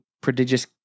prodigious